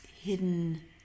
hidden